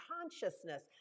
consciousness